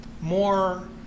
more